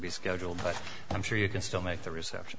be scheduled but i'm sure you can still make the reception